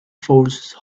forces